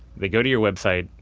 they go to your website,